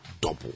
double